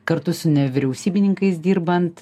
kartu su nevyriausybininkais dirbant